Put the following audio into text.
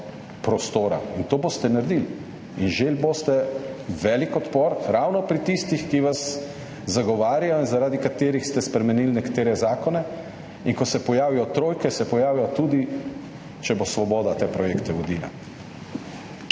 prostora in to boste naredili in želi boste velik odpor ravno pri tistih, ki vas zagovarjajo in zaradi katerih ste spremenili nekatere zakone, in ko se pojavijo trojke, se bodo pojavile tudi, če bo te projekte vodila